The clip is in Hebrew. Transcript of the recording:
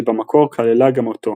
שבמקור כללה גם אותו.